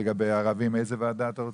לגבי ערבים - איזו ועדה רוצה?